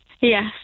Yes